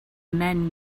men